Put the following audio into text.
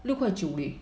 六块九 leh